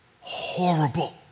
Horrible